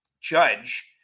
judge